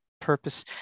purpose